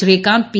Srikanth P